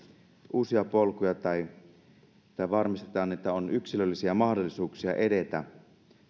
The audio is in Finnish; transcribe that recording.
uusia polkuja ja varmistetaan että on yksilöllisiä mahdollisuuksia edetä